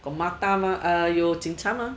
got mata mah uh 有警察吗